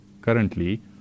Currently